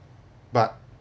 but